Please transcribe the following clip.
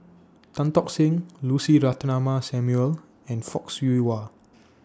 Tan Tock Seng Lucy Ratnammah Samuel and Fock Siew Wah